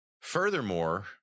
Furthermore